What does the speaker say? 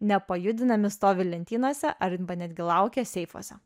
nepajudinami stovi lentynose arba netgi laukia seifuose